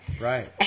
Right